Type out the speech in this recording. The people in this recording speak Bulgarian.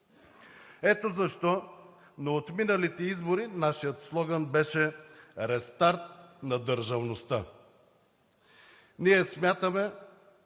Ето защо на отминалите избори нашият слоган беше „Рестарт на държавността“. Ние смятаме,